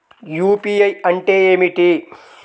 UPI అంటే ఏమిటి?